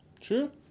True